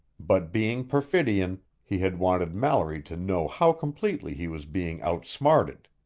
but being perfidion, he had wanted mallory to know how completely he was being outsmarted.